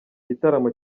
gitaramo